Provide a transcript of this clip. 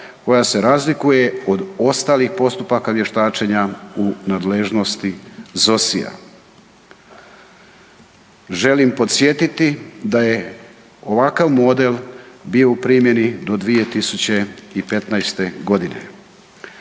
koja se razlikuje od ostalih postupaka vještačenja u nadležnosti ZOSI-ja. Želim podsjetiti da je ovakav model bio u primjeni do 2015. godine.